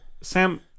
Sam